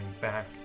back